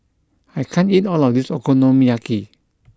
I can't eat all of this Okonomiyaki